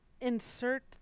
insert